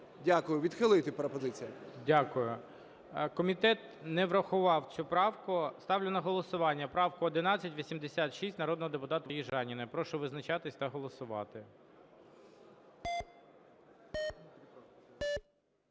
Дякую. Відхилити пропозиція. ГОЛОВУЮЧИЙ. Дякую. Комітет не врахував цю правку. Ставлю на голосування правку 1186 народного депутата Южаніної. Прошу визначатись та голосувати.